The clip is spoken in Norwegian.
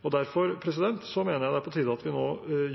Derfor mener jeg det er på tide at vi nå